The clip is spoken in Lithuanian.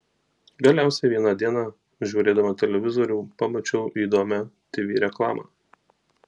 galiausiai vieną dieną žiūrėdama televizorių pamačiau įdomią tv reklamą